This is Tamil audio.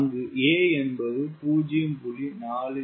அங்கு a என்பது 0